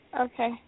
Okay